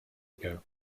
ago